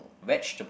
vegetable